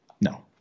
No